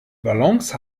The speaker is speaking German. balance